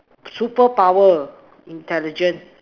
superpower intelligent